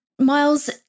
Miles